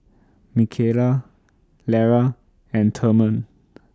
Mikayla Lera and Therman